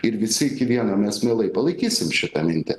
ir visi iki vieno mes mielai palaikysim šitą mintį